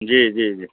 जी जी जी